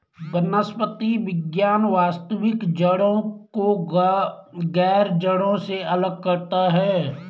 वनस्पति विज्ञान वास्तविक जड़ों को गैर जड़ों से अलग करता है